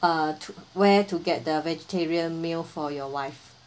uh to where to get the vegetarian meal for your wife